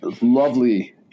lovely